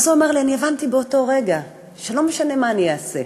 ואז הוא אמר לי: הבנתי באותו רגע שלא משנה מה אני אעשה,